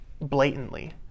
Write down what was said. blatantly